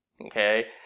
okay